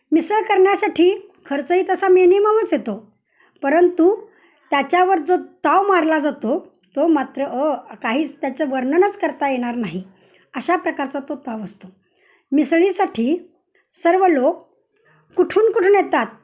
मिसळ करण्यासाठी खर्चही तसा मिनिममच येतो परंतु त्याच्यावर जो ताव मारला जातो तो मात्र अ काहीच त्याचं वर्णनच करता येणार नाही अशा प्रकारचा तो ताव असतो मिसळीसाठी सर्व लोक कुठून कुठून येतात